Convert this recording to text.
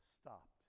stopped